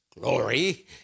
glory